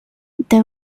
the